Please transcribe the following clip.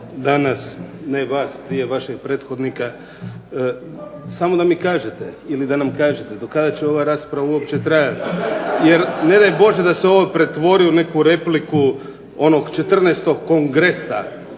danas, ne vas, prije vašeg prethodnika, samo da mi kažete ili da nam kažete do kada će ova rasprava uopće trajati, jer ne daj Bože da se ovo pretvori u neku repliku onog 14. kongresa